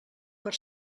per